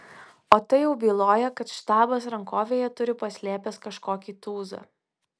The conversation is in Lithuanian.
o tai jau byloja kad štabas rankovėje turi paslėpęs kažkokį tūzą